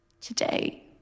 Today